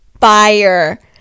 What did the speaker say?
fire